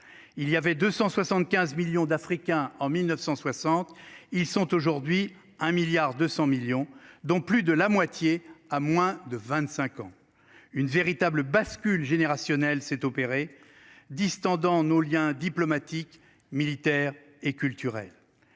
Il y avait 275 millions d'Africains. En 1960, ils sont aujourd'hui 1 milliard 200 millions dont plus de la moitié a moins de 25 ans, une véritable bascule générationnelle s'est opéré distants dans nos Liens diplomatiques, militaires et culturel.